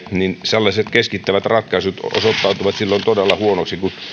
sellaiset keskittävät ratkaisut osoittautuivat silloin todella huonoiksi kun